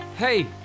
Hey